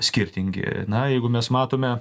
skirtingi na jeigu mes matome